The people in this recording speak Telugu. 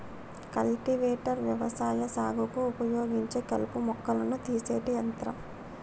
కల్టివేటర్ వ్యవసాయ సాగుకు ఉపయోగించే కలుపు మొక్కలను తీసేటి యంత్రం